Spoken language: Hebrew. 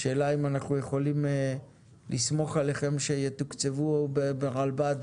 השאלה אם אנחנו יכולים לסמוך עליכם שיתוקצבו ברלב"ד